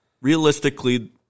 Realistically